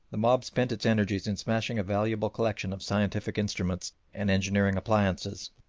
the mob spent its energies in smashing a valuable collection of scientific instruments and engineering appliances.